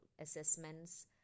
assessments